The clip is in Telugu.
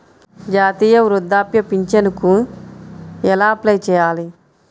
జాతీయ వృద్ధాప్య పింఛనుకి ఎలా అప్లై చేయాలి?